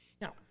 Now